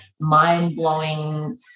mind-blowing